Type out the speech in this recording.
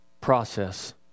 process